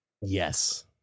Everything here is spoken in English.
Yes